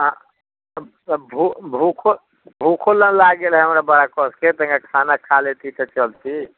अऽ भू भूखो भूखो ने लागि गेल हय हमरा बड़ा कसिके तऽ इहाँ खाना खा लेती तऽ चलती